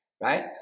right